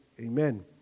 Amen